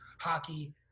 hockey